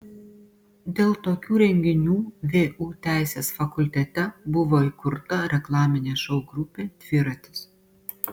dėl tokių renginių vu teisės fakultete buvo įkurta reklaminė šou grupė dviratis